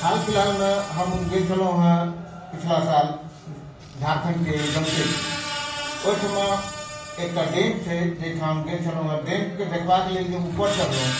हाल फ़िलहालमे हम गेल छलहुँ हँ पछिला साल झारखण्डके जमशेदपुर ओहिठमा एकटा डैम छै जहिठाम गेल छलहुँ हँ डैमके देखबाके लेल जे ऊपर चढ़लहुँ